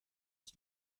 ist